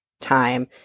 time